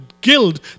guild